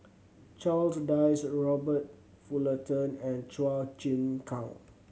Charles Dyce Robert Fullerton and Chua Chim Kang